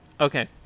Okay